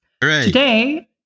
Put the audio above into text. Today